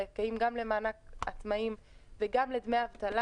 זכאים גם למענק עצמאים וגם לדמי אבטלה